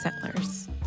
settlers